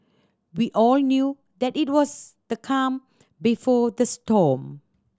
we all knew that it was the calm before the storm